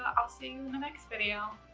i'll see you in the next video.